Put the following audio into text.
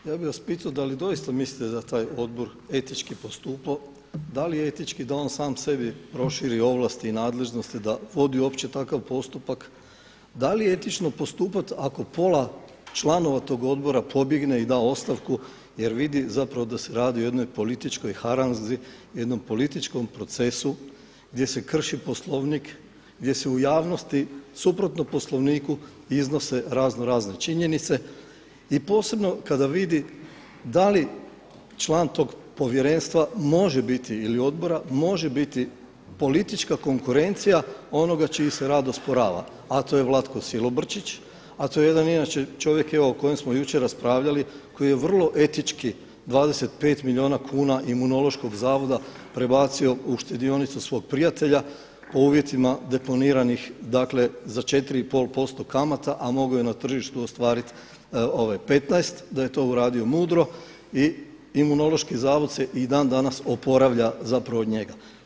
Ja bih vas pitao da li doista mislite da je taj odbor etički postupao, da li je etički da on sam sebi proširi ovlasti i nadležnosti da vodi uopće takav postupak, da li je etično postupati ako pola članova tog odbora pobjegne i da ostavku jer vidi zapravo da se radi o jednoj političkoj haranzi, o jednom političkom procesu gdje se krši poslovnik, gdje se u javnosti suprotno poslovniku iznose razno razne činjenice i posebno kada vidi da li član tog povjerenstva može biti, ili odbora može biti politička konkurencija onoga čiji se rad osporava a to je Vlatko Silobrčić, a to je jedan inače čovjek o kojem smo jučer raspravljali koji je vrlo etički 25 milijuna kuna Imunološkog zavoda prebacio u štedionicu svog prijatelja po uvjetima deponiranih dakle za 4,5% kamata a mogao je na tržištu ostvariti 15, da je to uradio mudro i Imunološki zavod se i dan danas oporavlja zapravo od njega.